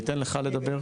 אני אתן לך לדבר,